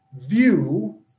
view